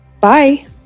bye